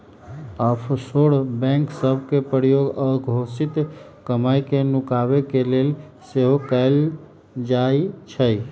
offshore bank सभ के प्रयोग अघोषित कमाई के नुकाबे के लेल सेहो कएल जाइ छइ